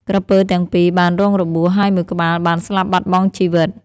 ក្រពើទាំងពីរបានរងរបួស ហើយមួយក្បាលបានស្លាប់បាត់បង់ជីវិត។